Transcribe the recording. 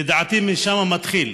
לדעתי, משם זה מתחיל.